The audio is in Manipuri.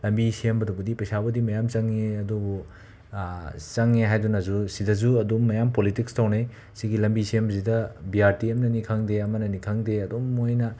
ꯂꯝꯕꯤ ꯁꯦꯝꯕꯗꯕꯨꯗꯤ ꯄꯩꯁꯥꯕꯨꯗꯤ ꯃꯌꯥꯝ ꯆꯪꯉꯦ ꯑꯗꯨꯕꯨ ꯆꯪꯉꯦ ꯍꯥꯏꯗꯨꯅꯁꯨ ꯁꯤꯗꯁꯨ ꯑꯗꯨꯝ ꯃꯌꯥꯝ ꯄꯣꯂꯤꯇꯤꯛꯁ ꯇꯧꯅꯩ ꯁꯤꯒꯤ ꯂꯝꯕꯤ ꯁꯦꯝꯕꯁꯤꯗ ꯕꯤ ꯑꯥꯔ ꯇꯤ ꯑꯦꯐꯅꯅꯤ ꯈꯪꯗꯦ ꯑꯃꯅꯅꯤ ꯈꯪꯗꯦ ꯑꯗꯨꯝ ꯃꯣꯏꯅ